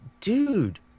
dude